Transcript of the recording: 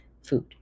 Food